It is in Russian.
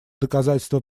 доказательство